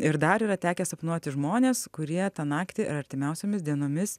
ir dar yra tekę sapnuoti žmones kurie tą naktį ar artimiausiomis dienomis